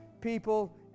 people